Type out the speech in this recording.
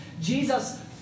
Jesus